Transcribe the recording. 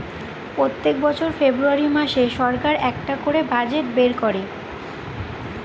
প্রত্যেক বছর ফেব্রুয়ারী মাসে সরকার একটা করে বাজেট বের করে